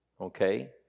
okay